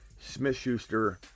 Smith-Schuster